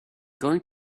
going